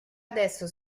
adesso